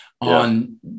on